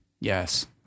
Yes